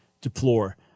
deplore